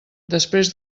després